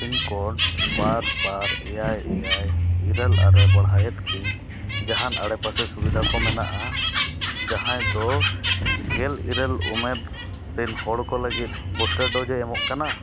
pin code ᱵᱟᱨ ᱵᱟᱨ ᱮᱭᱮᱭ ᱮᱭᱟᱭ ᱤᱨᱟᱹᱞ ᱟᱨᱮ ᱵᱟᱲᱦᱟᱭᱮᱫ ᱠᱤ ᱡᱟᱦᱟᱱ ᱟᱰᱮ ᱯᱟᱥᱮ ᱥᱩᱵᱤᱫᱟ ᱠᱚ ᱢᱮᱱᱟᱜᱼᱟ ᱡᱟᱦᱟᱸᱭ ᱫᱚ ᱜᱮᱞ ᱤᱨᱟᱹᱞ ᱩᱢᱮᱹᱨ ᱦᱚᱲ ᱠᱚ ᱞᱟᱹᱜᱤᱫ ᱵᱩᱥᱴᱟᱨ ᱰᱳᱡᱮ ᱮᱢᱚᱜ ᱠᱟᱱᱟ